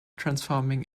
transforming